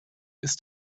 ist